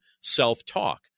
self-talk